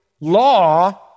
law